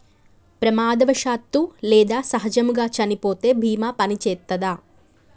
ప్రమాదవశాత్తు లేదా సహజముగా చనిపోతే బీమా పనిచేత్తదా?